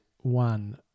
one